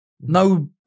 no